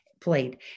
played